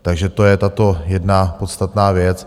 Takže to je tato jedna podstatná věc.